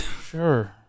Sure